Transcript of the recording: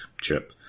chip